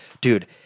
Dude